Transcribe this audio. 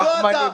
ולא אתה,